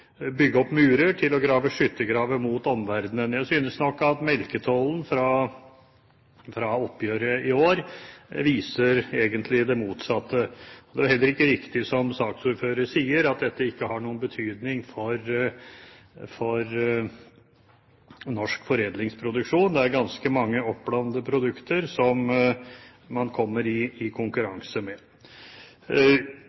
bygge opp murer, til å grave skyttergraver mot omverdenen. Jeg synes nok at melketollen fra oppgjøret i år egentlig viser det motsatte. Det er heller ikke riktig som saksordføreren sier, at dette ikke har noen betydning for norsk foredlingsproduksjon. Det er ganske mange oppblandede produkter som man kommer i